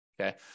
okay